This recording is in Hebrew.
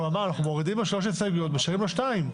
אמרנו שאנחנו מורידים שלוש הסתייגויות ומשאירים שתיים.